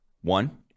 one